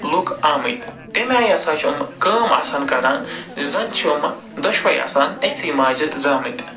لُکھ آمٕتۍ تَمہِ آیہ ہَسا چھِ یِم کٲم آسان کَران زَن چھِ یِمہٕ دۄشؤے آسان أکۍسٕے ماجہِ زامٕتۍ